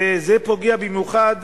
וזה פוגע במיוחד